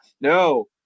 no